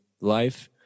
life